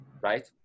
right